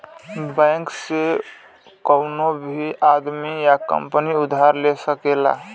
bank से कउनो भी आदमी या कंपनी उधार ले सकला